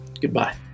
goodbye